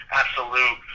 absolute